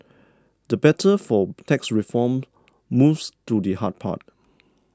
the battle for tax reform moves to the hard part